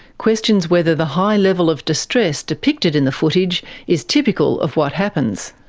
questions whether the high level of distress depicted in the footage is typical of what happens.